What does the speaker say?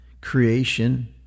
creation